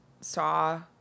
saw